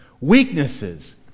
weaknesses